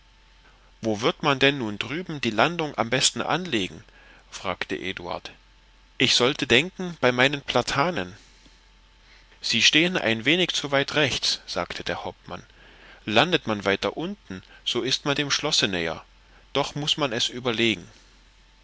wo wird man denn nun drüben die landung am besten anlegen fragte eduard ich sollte denken bei meinen platanen sie stehen ein wenig zu weit rechts sagte der hauptmann landet man weiter unten so ist man dem schlosse näher doch muß man es überlegen